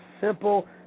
simple